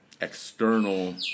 external